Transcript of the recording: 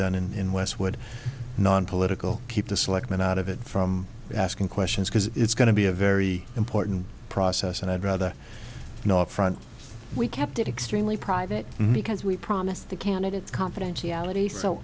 done in in westwood nonpolitical keep the selectmen out of it from asking questions because it's going to be a very important process and i'd rather not front we kept it extremely private because we promised the candidates confidentiality so